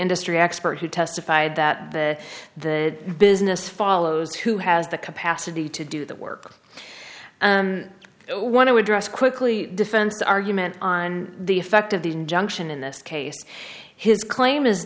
industry expert who testified that the the business follows who has the capacity to do the work we want to address quickly defense argument on the effect of the injunction in this case his claim is